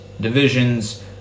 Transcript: divisions